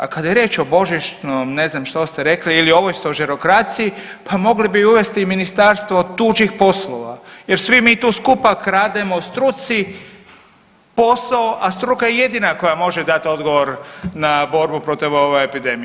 A kad je riječ o božičnom ne znam što ste rekli ili ovoj stožerokraciji pa mogli bi uvesti i ministarstvo tuđih poslova jer svi mi tu skupa krademo struci posao, a struka je jedina koja može dati odgovor na borbu protiv ove epidemije.